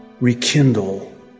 rekindle